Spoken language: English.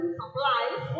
supplies